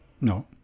No